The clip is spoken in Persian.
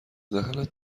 دهنت